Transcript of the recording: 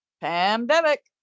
Pandemic